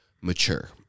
mature